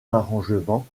arrangements